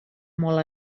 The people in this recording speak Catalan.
molt